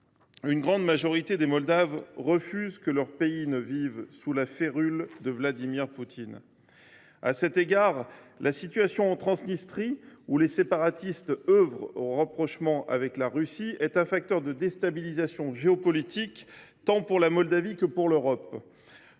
Une grande majorité des Moldaves refusent que leur pays vive sous la férule de Vladimir Poutine. À cet égard, la situation en Transnistrie, où les séparatistes œuvrent au rapprochement avec la Russie, est un facteur de déstabilisation géopolitique, tant pour la Moldavie que pour l’Europe.